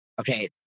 Okay